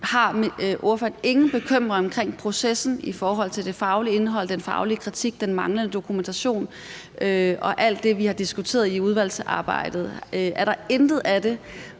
Har ordføreren ingen bekymring omkring processen i forhold til det faglige indhold, den faglige kritik, den manglende dokumentation og alt det, vi har diskuteret i udvalgsarbejdet? Er der intet af det,